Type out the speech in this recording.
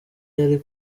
yari